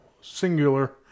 singular